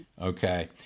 Okay